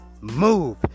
move